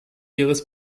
ihres